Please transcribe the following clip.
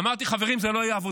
אמרתי: חברים, זה לא יעבוד.